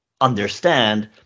understand